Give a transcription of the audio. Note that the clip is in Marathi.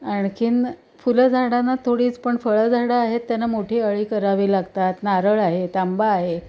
आणखीन फुलझाडांना थोडीच पण फळझाडं आहेत त्यांना मोठी अळी करावी लागतात नारळ आहेत आंबा आहे